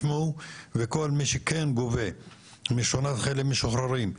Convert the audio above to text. וכל מי שכן גובה משכונת חיילים משוחררים,